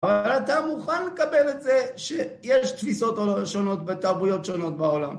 אבל אתה מוכן לקבל את זה שיש תפיסות שונות בתרבויות שונות בעולם.